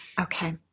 Okay